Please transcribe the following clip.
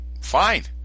Fine